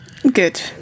Good